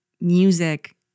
music